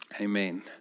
Amen